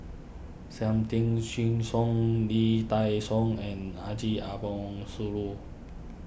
Sam Tan Chin Siong Lee Dai Soh and Haji Ambo Sooloh